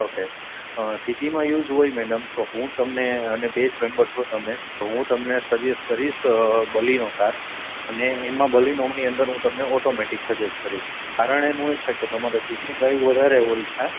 okay સિટીમાં use હોય madam તો હું તમને અને બે જ મેમ્બર છો તમે તો હું તમને સજેસ કરીશ બલીનો કાર અને એમાં બલીનોની અંદર હું તમને ઓટોમેટિક સજેશ કરીશ કારણ એનુ એ છે કે તમારે સિટી ડ્રાઈવ વધારે હોય છે